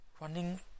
running